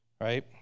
right